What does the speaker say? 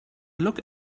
look